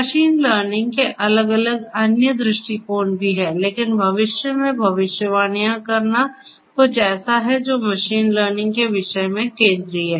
machine learning के अलग अलग अन्य दृष्टिकोण भी हैं लेकिन भविष्य में भविष्यवाणियां करना कुछ ऐसा है जो मशीन लर्निंग के विषय में केंद्रीय है